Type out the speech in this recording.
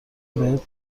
بهت